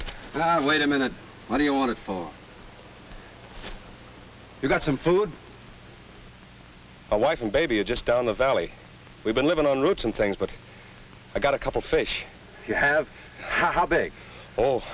them wait a minute what do you want it for you've got some food a wife and baby are just down the valley we've been living on roots and things but i got a couple fish you have how big all